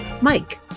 Mike